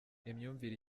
imyumvire